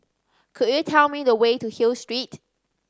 could you tell me the way to Hill Street